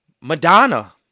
Madonna